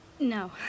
No